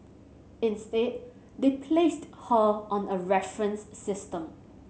instead they placed her on a reference system